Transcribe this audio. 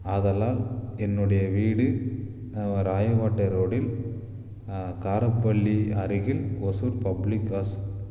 ஆதலால் என்னுடைய வீடு ராயகோட்டை ரோடில் காரப்பள்ளி அருகில் ஒசூர் பப்ளிக் க்ராஸ்